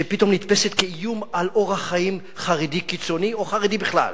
שפתאום נתפסת כאיום על אורח חיים חרדי קיצוני או חרדי בכלל,